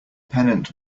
pennant